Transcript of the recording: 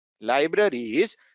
Libraries